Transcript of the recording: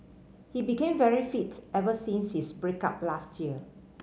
he became very fit ever since his break up last year